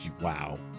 wow